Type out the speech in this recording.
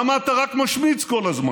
לנו לאן לחזור,